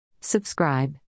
Subscribe